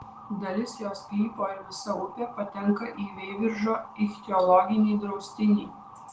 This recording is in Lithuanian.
dalis jo sklypo ir visa upė patenka į veiviržo ichtiologinį draustinį